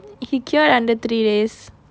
he cured under three days